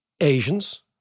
Asians